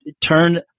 turn